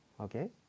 Okay